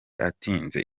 atinze